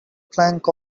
plank